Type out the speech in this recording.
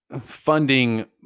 funding